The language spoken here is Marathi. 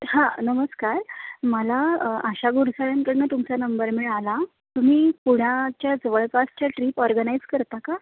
हां नमस्कार मला आशा घुडसाळ्यांकडून तुमचा नंबर मिळाला तुम्ही पुण्याच्या जवळपासच्या ट्रीप ऑर्गनाइज करता का